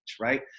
right